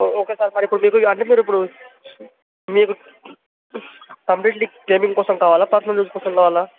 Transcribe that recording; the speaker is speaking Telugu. ఓకే సార్ మరి ఇప్పుడు అంటే మీరు ఇప్పుడు మీకు కంప్లీట్లీ గేమింగ్ కోసం కావాలా పర్సనల్ యూజ్ కోసం కావాలా